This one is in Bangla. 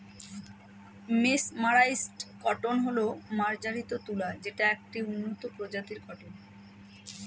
মেসমারাইসড কটন হল মার্জারিত তুলা যেটা একটি উন্নত প্রজাতির কটন